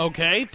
Okay